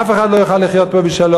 אף אחד לא יוכל לחיות פה בשלום.